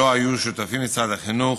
שלו היו שותפים משרד החינוך,